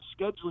scheduling